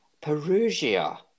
Perugia